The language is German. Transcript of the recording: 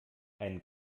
ein